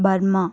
Burma